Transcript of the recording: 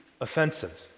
offensive